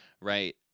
right